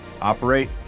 operate